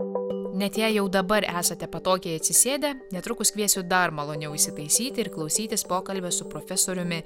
net jei jau dabar esate patogiai atsisėdę netrukus kviesiu dar maloniau įsitaisyti ir klausytis pokalbio su profesoriumi